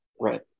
Right